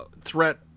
threat